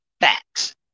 facts